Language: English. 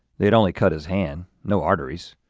they'd only cut his hand, no arteries,